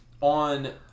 on